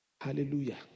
Hallelujah